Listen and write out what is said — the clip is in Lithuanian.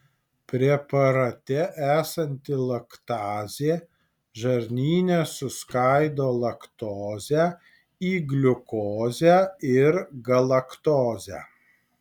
preparate esanti laktazė žarnyne suskaido laktozę į gliukozę ir galaktozę